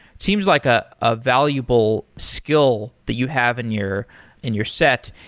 it seems like a ah valuable skill that you have in your in your set.